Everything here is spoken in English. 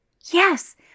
Yes